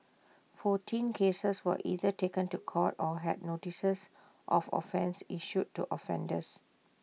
fourteen cases were either taken to court or had notices of offence issued to offenders